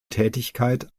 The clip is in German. tätigkeit